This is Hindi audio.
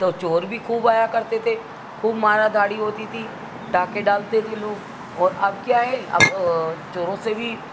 तो चोर भी खूब आया करते थे खूब माराधारी होती थी डाके डालते थे लोग और अब क्या है अब चोरों से भी